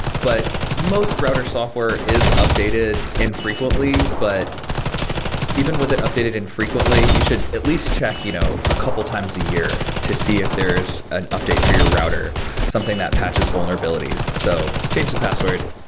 but most router software is updated infrequently. but even with it updated infrequently, you should at least check you know a couple times a year to see if there's an update for your router something that patches vulnerabilities. so change the password,